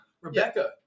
Rebecca